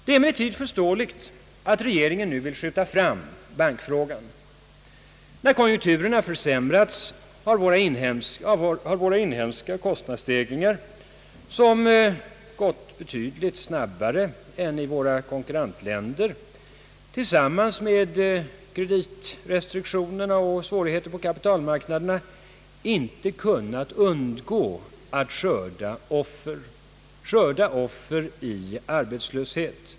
Det är emellertid förståeligt att regeringen nu vill skjuta fram bankfrågan. När konjunkturerna har försämrats har våra inhemska kostnadsstegringar, som har gått betydligt snabbare än som varit fallet i våra konkurrentländer, tillsammans med kreditrestriktionerna och svårigheterna på kapitalmarknaden inte kunnat undgå att skörda offer — offer i arbetslöshet.